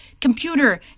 computer